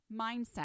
mindset